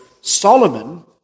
Solomon